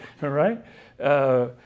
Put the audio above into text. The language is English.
right